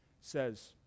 says